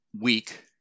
week